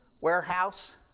warehouse